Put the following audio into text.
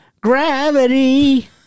gravity